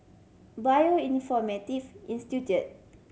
Bioinformatics Institute